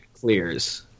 clears